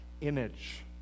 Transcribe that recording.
image